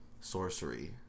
sorcery